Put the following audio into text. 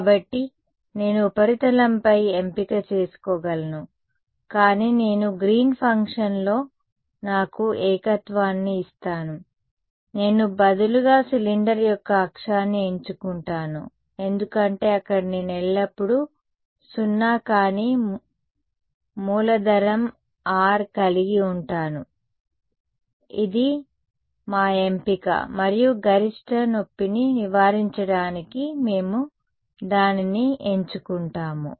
కాబట్టి నేను ఉపరితలంపై ఎంపిక చేసుకోగలను కానీ నేను గ్రీన్ ఫంక్షన్లో నాకు ఏకత్వాన్ని ఇస్తాను నేను బదులుగా సిలిండర్ యొక్క అక్షాన్ని ఎంచుకుంటాను ఎందుకంటే అక్కడ నేను ఎల్లప్పుడూ సున్నా కాని మూలధనం R కలిగి ఉంటాను ఇది మా ఎంపిక మరియు గరిష్ట నొప్పిని నివారించడానికి మేము దానిని ఎంచుకుంటాము